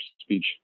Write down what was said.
speech